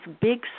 big